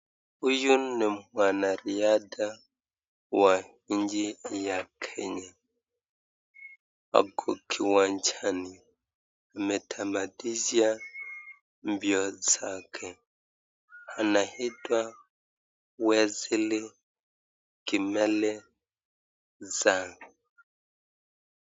Huyu ni mwanariadha wa nchi ya Kenya. Ako kiwanjani ametamatisha mbio zake. Anaitwa Wesley Kimeli Sang.